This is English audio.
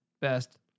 best